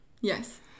Yes